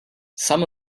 some